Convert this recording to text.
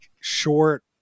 short